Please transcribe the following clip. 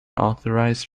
authorised